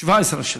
17 שנים,